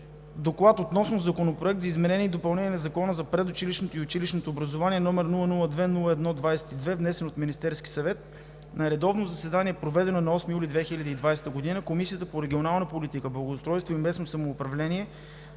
„ДОКЛАД относно Законопроект за изменение и допълнение на Закона за предучилищното и училищното образование, № 002-01-22, внесен от Министерския съвет На редовно заседание, проведено на 8 юли 2020 г., Комисията по регионална политика, благоустройство и местно самоуправление